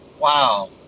wow